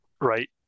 Right